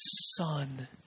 son